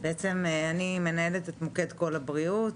אני מנהלת את מוקד קול הבריאות,